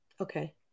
Okay